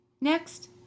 Next